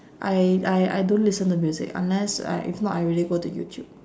I I I don't listen to music unless I if not I really go to youtube